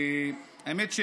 האמת היא